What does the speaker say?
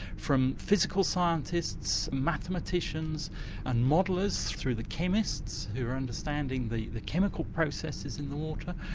from physical scientists, mathematicians and modellers, through the chemists who are understanding the the chemical processes in the water,